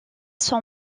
son